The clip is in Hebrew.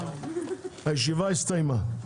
הישיבה הסתיימה.